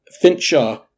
Fincher